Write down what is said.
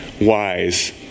wise